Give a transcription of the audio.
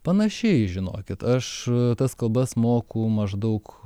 panašiai žinokit aš tas kalbas moku maždaug